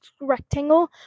rectangle